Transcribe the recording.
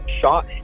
shot